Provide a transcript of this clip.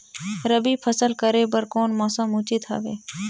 रबी फसल करे बर कोन मौसम उचित हवे?